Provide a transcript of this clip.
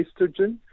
estrogen